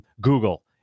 Google